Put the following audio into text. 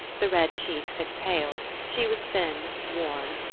the red cheeks had paled she was thin, worn,